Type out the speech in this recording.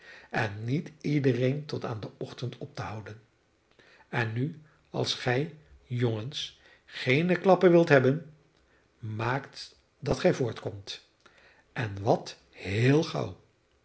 en niet iedereen tot aan den ochtend op te houden en nu als gij jongens geene klappen wilt hebben maakt dat gij voorkomt en wat heel gauw